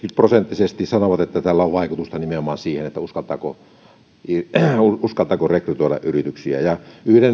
prosenttisesti sanovat että tällä on vaikutusta nimenomaan siihen uskaltaako uskaltaako rekrytoida yrityksiä yhden ihmisen